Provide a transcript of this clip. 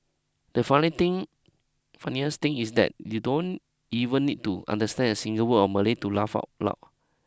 the funny thing funniest thing is that you don't even need to understand a single word of Malay to laugh out loud